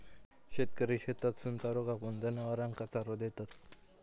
शेतकरी शेतातसून चारो कापून, जनावरांना चारो देता